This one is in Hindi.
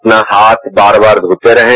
अपना हाथ बार बार धोते रहें